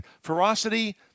ferocity